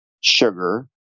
sugar